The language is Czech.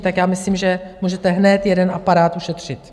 Tak já myslím, že můžete hned jeden aparát ušetřit.